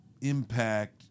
impact